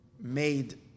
made